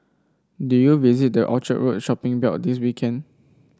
did you visit the Orchard Road shopping belt this weekend